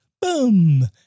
Boom